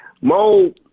Mo